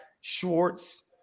Schwartz